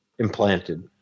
Implanted